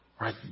right